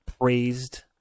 praised